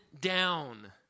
down